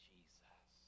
Jesus